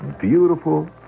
beautiful